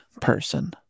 person